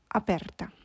aperta